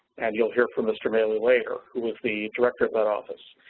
and, you will hear from mr. mealy waiter who was the director of that office.